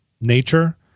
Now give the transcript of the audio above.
nature